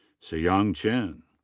siyang chen.